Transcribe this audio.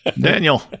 Daniel